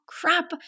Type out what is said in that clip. crap